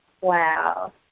wow